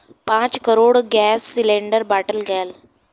पाँच crore gas cylinder बाँटल गएल